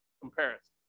Comparison